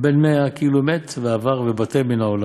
בן עשרים